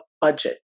budget